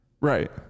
right